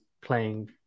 playing